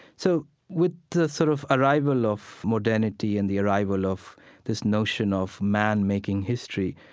so with the sort of arrival of modernity and the arrival of this notion of man making history,